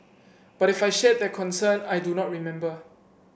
but if I shared their concern I do not remember